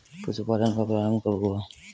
पशुपालन का प्रारंभ कब हुआ?